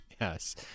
Yes